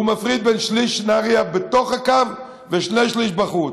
הוא מפריד בין שליש נהריה בתוך הקו ושני-שלישים בחוץ.